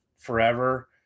forever